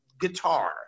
guitar